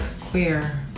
queer